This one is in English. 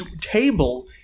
table